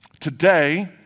Today